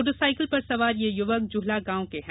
motor cycle पर सवार यह युवक जुहला गांव के हैं